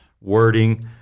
wording